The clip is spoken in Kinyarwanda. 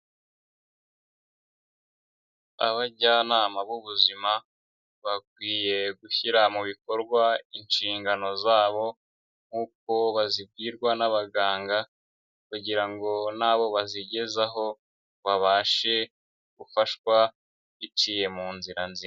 Abajyanama b'ubuzima bakwiye gushyira mu bikorwa inshingano zabo nk'uko bazibwirwa n'abaganga kugira ngo n'abo bazigezaho babashe gufashwa biciye mu nzira nzima.